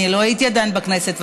אני לא הייתי עדיין בכנסת.